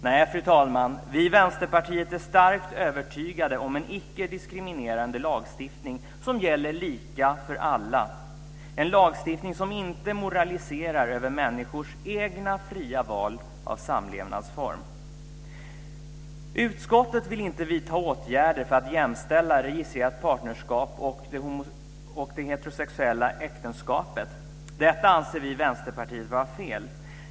Nej, fru talman, vi i Vänsterpartiet är starkt övertygade om att vi ska ha en icke diskriminerande lagstiftning som gäller lika för alla - en lagstiftning som inte moraliserar över människors egna fria val av samlevnadsform. Utskottet vill inte vidta åtgärder för att jämställa registrerat partnerskap och det heterosexuella äktenskapet. Detta anser vi i Vänsterpartiet vara fel.